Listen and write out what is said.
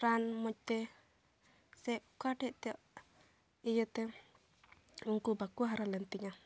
ᱨᱟᱱ ᱢᱚᱡᱽ ᱛᱮ ᱥᱮ ᱚᱠᱟ ᱴᱷᱮᱱ ᱛᱮ ᱤᱭᱟᱹᱛᱮ ᱩᱱᱠᱩ ᱵᱟᱠᱚ ᱦᱟᱨᱟ ᱞᱮᱱ ᱛᱤᱧᱟᱹ